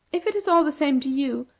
if it is all the same to you,